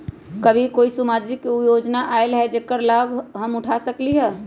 अभी कोई सामाजिक योजना आयल है जेकर लाभ हम उठा सकली ह?